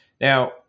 Now